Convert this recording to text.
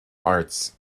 arts